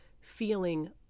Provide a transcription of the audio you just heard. feeling